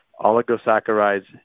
oligosaccharides